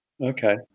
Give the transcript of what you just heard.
Okay